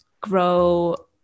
grow